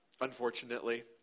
unfortunately